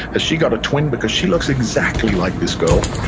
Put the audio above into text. has she got a twin? because she looks exactly like this girl.